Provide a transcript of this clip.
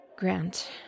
Grant